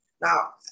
Now